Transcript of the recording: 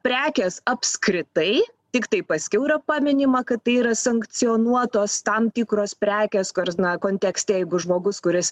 prekės apskritai tiktai paskiau yra paminima kad tai yra sankcionuotos tam tikros prekės na kontekste jeigu žmogus kuris